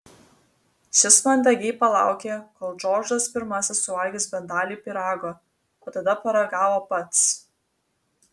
šis mandagiai palaukė kol džordžas pirmasis suvalgys bent dalį pyrago o tada paragavo pats